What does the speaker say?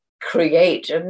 create